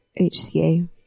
HCA